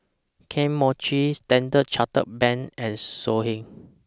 Kane Mochi Standard Chartered Bank and Songhe